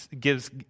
gives